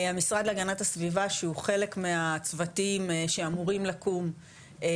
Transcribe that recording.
המשרד להגנת הסביבה שהוא חלק מהצוותים שאמורים לקום,